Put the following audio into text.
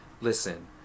Listen